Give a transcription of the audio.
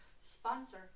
Sponsor